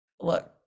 Look